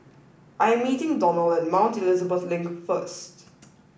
I am meeting Donal at Mount Elizabeth Link first